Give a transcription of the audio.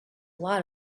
lot